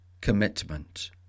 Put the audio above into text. commitment